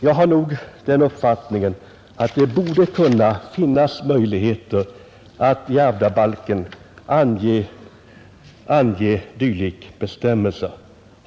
Jag har den uppfattningen att det borde finnas möjligheter att i ärvdabalken införa en dylik bestämmelse.